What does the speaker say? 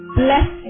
bless